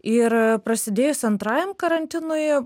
ir prasidėjus antrajam karantinui